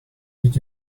did